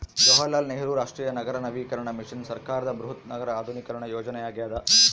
ಜವಾಹರಲಾಲ್ ನೆಹರು ರಾಷ್ಟ್ರೀಯ ನಗರ ನವೀಕರಣ ಮಿಷನ್ ಸರ್ಕಾರದ ಬೃಹತ್ ನಗರ ಆಧುನೀಕರಣ ಯೋಜನೆಯಾಗ್ಯದ